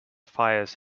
fires